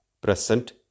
present